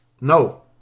No